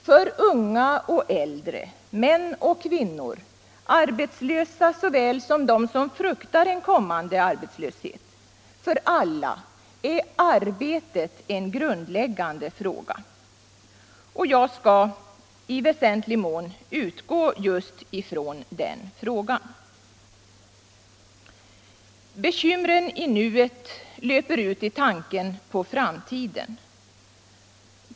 För unga och äldre, män och kvinnor, arbetslösa såväl som de som fruktar en kommande arbetslöshet, ja, för alla är arbetet en grundläggande fråga. Och jag skall i väsentlig mån utgå just ifrån den frågan. Bekymren i nuet löper ut i tanken på framtiden.